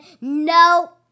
no